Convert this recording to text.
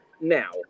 now